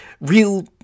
real